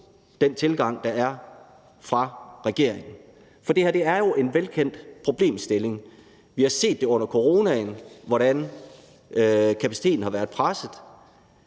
den tilgang, der er fra regeringens side, for det her er en velkendt problemstilling. Vi har set under coronaen, hvordan kapaciteten har været presset.